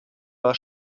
war